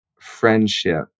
friendship